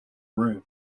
room